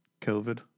COVID